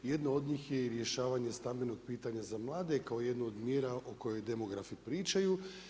Jedno od njih je i rješavanje stambenog pitanja za mlade kao jedno od mjera o kojoj demografiji pričaju.